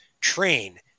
train